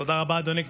תודה רבה, אדוני.